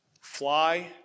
Fly